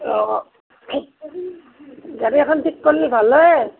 অঁ গাড়ী এখন ঠিক কৰিলে ভাল হয়